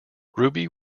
ruby